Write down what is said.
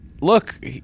look